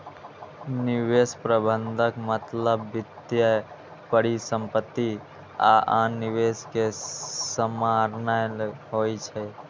निवेश प्रबंधनक मतलब वित्तीय परिसंपत्ति आ आन निवेश कें सम्हारनाय होइ छै